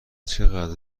چقدر